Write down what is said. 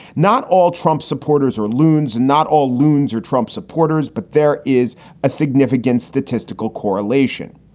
not all trump supporters or loons, and not all loons or trump supporters. but there is a significant statistical correlation.